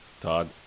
Todd